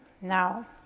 Now